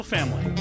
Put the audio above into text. Family